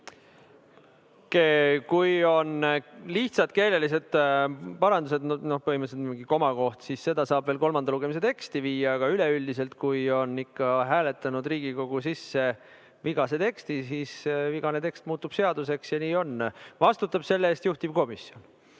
Kui on lihtsad keelelised parandused, põhimõtteliselt mingi komakoht, siis seda parandust saab veel kolmanda lugemise teksti viia, aga üleüldiselt, kui Riigikogu on ikka hääletanud sisse vigase teksti, siis vigane tekst muutub seaduseks ja nii on. Vastutab selle eest juhtivkomisjon.